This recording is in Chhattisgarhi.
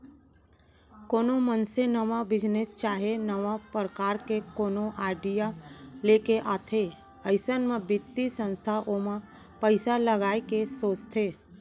कोनो मनसे नवा बिजनेस चाहे नवा परकार के कोनो आडिया लेके आथे अइसन म बित्तीय संस्था ओमा पइसा लगाय के सोचथे